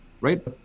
Right